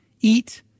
Eat